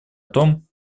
том